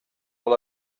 all